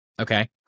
Okay